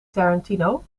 tarantino